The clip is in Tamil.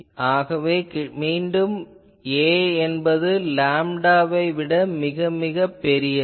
ஆகவே மீண்டும் a என்பது லேம்டா விட மிக மிகப் பெரியது